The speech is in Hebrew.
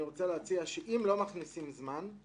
אני רוצה להציע שאם לא מכניסים זמן,